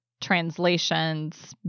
translations